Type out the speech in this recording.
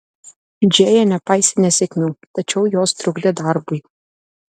džėja nepaisė nesėkmių tačiau jos trukdė darbui